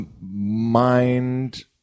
Mind